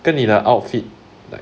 跟你的 outfit